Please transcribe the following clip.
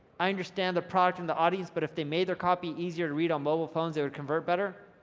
i understand the product and the audience, but if they made their copy easier to read on mobile phones, it would convert better.